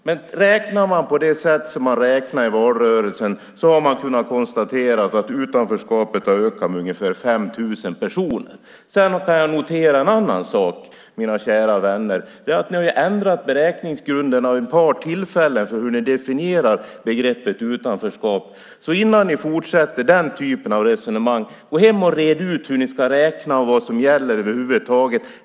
Men räknar man på det sätt som man gjorde i valrörelsen har det kunnat konstateras att utanförskapet har ökat med ungefär 5 000 personer. Sedan kan jag notera en annan sak, mina kära vänner, nämligen att ni vid ett par tillfällen har ändrat beräkningsgrunderna för hur ni definierar begreppet utanförskap. Innan ni fortsätter denna typ av resonemang tycker jag att ni ska gå hem och reda ut hur ni ska räkna och vad som gäller över huvud taget.